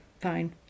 fine